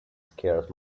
scared